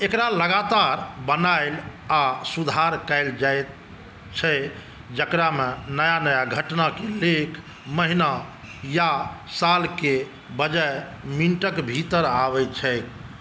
एकरा लगातार बनाएल आ सुधार कैल जाए छै जेकरामे नया नया घटनाके लेख महीना या सालके बजाए मिनटके भीतर आबै छैक